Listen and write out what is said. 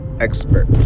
expert